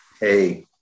Hey